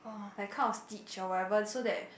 like kind of stitch or whatever so that